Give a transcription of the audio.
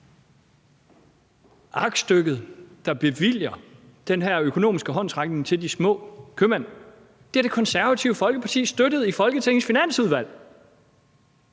Aktstykket, der bevilger den her økonomiske håndsrækning til de små købmænd, har Det Konservative Folkeparti støttet i Folketingets Finansudvalg.